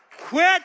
quit